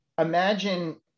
imagine